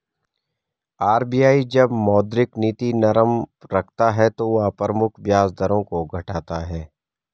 RBI जब मौद्रिक नीति नरम रखता है तो वह प्रमुख ब्याज दरों को घटाता है